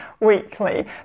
weekly